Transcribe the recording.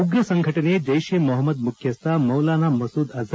ಉಗ್ರ ಸಂಘಟನೆ ಜೈಷ್ ಎ ಮೊಪಮ್ ಮುಖ್ಖಸ್ಥ ಮೌಲಾನಾ ಮಸೂದ್ ಅಜ್